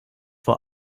vor